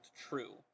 true